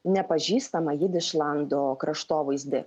nepažįstamą jidišlando kraštovaizdį